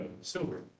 silver